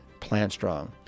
PLANTSTRONG